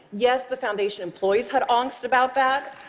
yes, the foundation employees had angst about that.